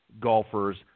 golfers